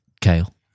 Kale